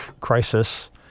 crisis